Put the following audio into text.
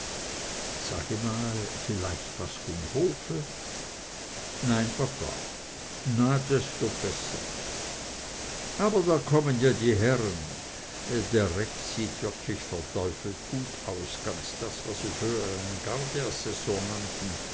sage mal vielleicht was vom hofe nein papa na desto besser aber da kommen ja die herren der rex sieht wirklich verdeubelt gut aus ganz das was wir früher einen